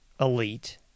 elite